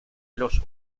los